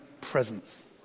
presence